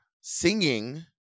singing